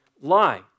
lie